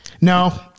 No